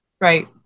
right